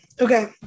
okay